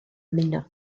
ymuno